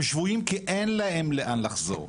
הם שבויים כי אין להם לאן לחזור.